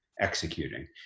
executing